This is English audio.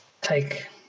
take